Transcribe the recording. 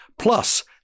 plus